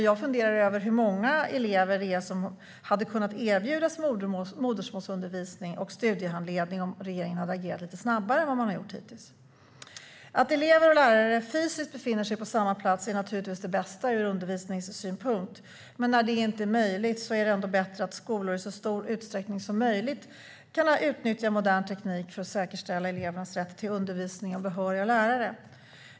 Jag funderar över hur många elever som hade kunnat erbjudas modersmålsundervisning och studiehandledning om regeringen hade agerat lite snabbare än vad man hittills gjort. Att elever och lärare fysiskt befinner sig på samma plats är naturligtvis det bästa ur undervisningssynpunkt. Men när det inte är möjligt är det bättre att skolor i så stor utsträckning som möjligt kan utnyttja modern teknik för att säkerställa elevernas rätt till undervisning av behöriga lärare.